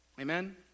Amen